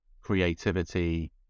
creativity